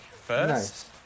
first